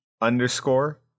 underscore